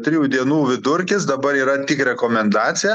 trijų dienų vidurkis dabar yra tik rekomendacija